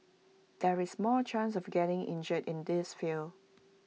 there is more chance of getting injured in this field